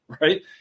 right